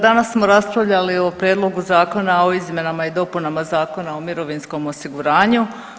Danas smo raspravljali o prijedlogu zakona o izmjenama i dopunama Zakona o mirovinskom osiguranju.